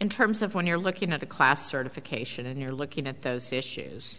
in terms of when you're looking at the class certification and you're looking at those issues